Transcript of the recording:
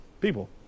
people